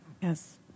Yes